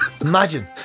Imagine